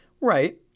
Right